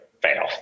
fail